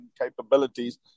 capabilities